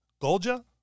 Golja